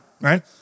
right